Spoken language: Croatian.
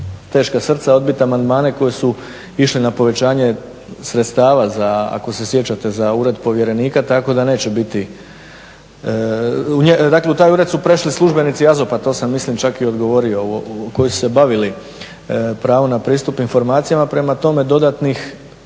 teška srca odbit amandmane koji su išli na povećanje sredstava za, ako se sjećate za Ured povjerenika tako da neće biti, dakle u taj ured su prešli službenici AZOP-a to sam mislim čak i odgovorio koji su se bavili pravom na pristup informacijama. Prema tome, dodatnih,